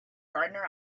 gardener